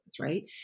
right